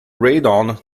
radon